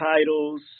titles